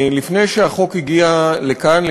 לפני שהחוק הגיע לכאן,